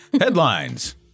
Headlines